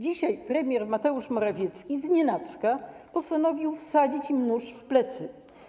Dzisiaj premier Mateusz Morawiecki znienacka postanowił wsadzić im nóż w plecy,